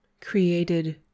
created